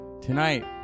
Tonight